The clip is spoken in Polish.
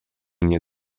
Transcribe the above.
nie